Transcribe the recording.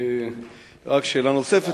רק שאלה נוספת.